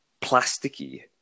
plasticky